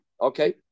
Okay